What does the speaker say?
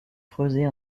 creuser